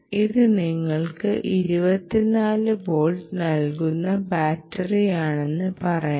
ഇത് നിങ്ങൾക്ക് 24 വോൾട്ട് നൽകുന്ന ബാറ്ററിയാണെന്ന് പറയാം